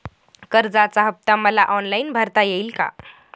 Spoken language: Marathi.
कर्जाचा हफ्ता मला ऑनलाईन भरता येईल का?